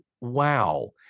wow